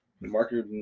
marker